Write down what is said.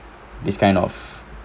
this kind of